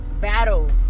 battles